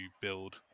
build